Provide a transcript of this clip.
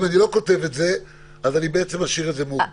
אם אני לא כותב את זה אני משאיר את זה מעורפל.